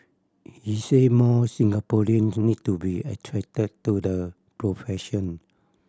he said more Singaporeans need to be attracted to the profession